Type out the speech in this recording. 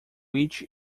which